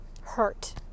hurt